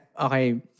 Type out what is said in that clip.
Okay